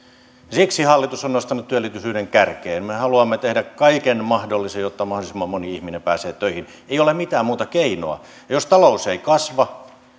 siksi hallitus on nostanut työllisyyden kärkeen me haluamme tehdä kaiken mahdollisen jotta mahdollisimman moni ihminen pääsee töihin ei ole mitään muuta keinoa ja jos talous ei kasva